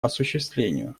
осуществлению